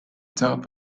top